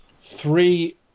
three